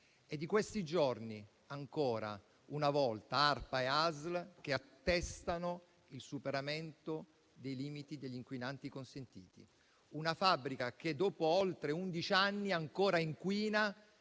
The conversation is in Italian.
in questi giorni ARPA e ASL attestano il superamento dei limiti degli inquinanti consentiti. Una fabbrica che dopo oltre un anno ancora inquina